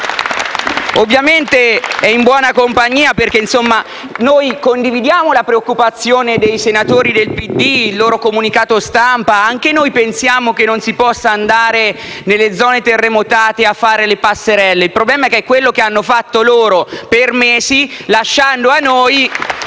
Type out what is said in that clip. Ovviamente è in buona compagnia. Noi condividiamo la preoccupazione dei senatori del PD e il loro comunicato stampa; anche noi pensiamo che non si possa andare nelle zone terremotate a fare le passerelle. Il problema è che è quanto hanno fatto loro per mesi, lasciando a noi